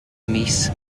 mis